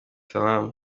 salaam